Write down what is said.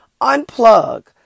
Unplug